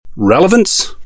Relevance